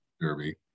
derby